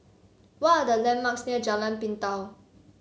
what are the landmarks near Jalan Pintau